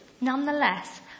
nonetheless